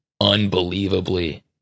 unbelievably